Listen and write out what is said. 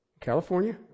California